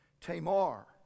Tamar